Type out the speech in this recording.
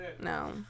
no